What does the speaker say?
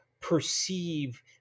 perceive